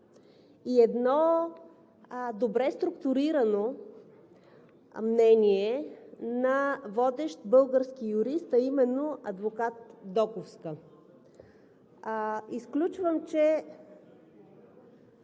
и едно добре структурирано мнение на водещ български юрист, а именно адвокат Доковска. Изключвам, че